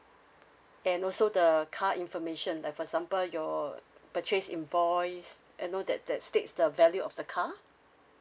and also the car information like for example your purchase invoice you know that that states the value of the car